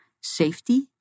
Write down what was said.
safety